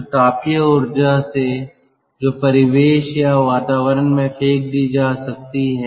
तो तापीय ऊर्जा से जो परिवेश या वातावरण में फेंक दी जा सकती है